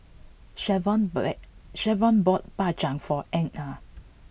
Shavon but it bought Bak Chang for Inga